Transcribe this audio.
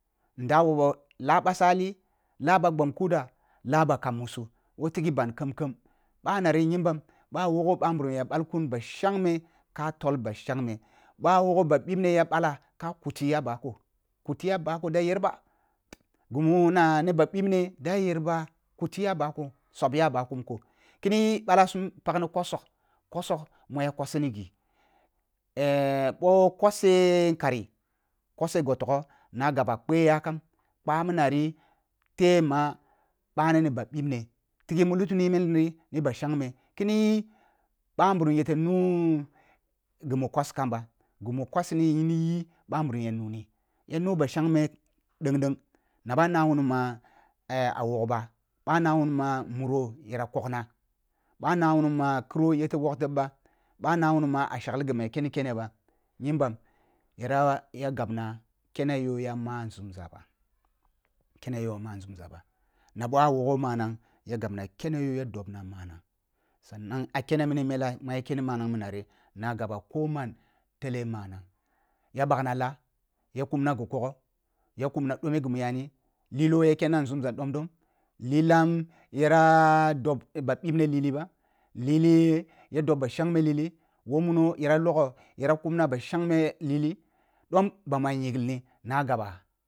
Nda wobho lah ɓasali lah ba gbam kuda lah ba kham musu woh tighi ban khem-khem banari nyimbam boh ah wogho ɓanburum ya ɓal ku ba shangme ka tol ba shangme ba wogho ba bibne ya ɓala ka kutiyi ah bako kutiyi ah bako da yer ba ghi mu na ni ba ɓibne da yer ba kutiyi ah bako subi ya a ba konko kini yi ɓan kusum paghi kosok-kosok muya kosini ghi boh koseh nkari kwassu ghtogoh nah gaba kpe yakam kpa min nariteh mah bani ni ba ɓine tighi mu luti ni mini n ni ba shangme kini yi ɓa ngurum yete nu ghi mu kwasini kam ba ghi mu kwasini ni yi ɓa nburum ya nunii ya nuh ba shangme dengdeng nah na ba n wuni mah ah wog ba ɓa na wuni mah muro ya kogna ɓa na wuni mah kro yete wog teb ba ɓa na wuni mah ah shagli ghi mu ya ken ni kene ba nyimbam yera ya gabna kene yoh ya mah nzumza ba na bon’a wogho manang ya gabna kyeno ya dobna manang sannang a kene mini mella mu kene min nari nah gaba koman tellen manang ya blagh na lah ya kur na ghi kogho ya kuma dome ghu yani lill ya kenna nzunza dob ba shangme lilu woh muno yara logho yara kumna ba shangme lili dom bamu ah yingli ni nah gaba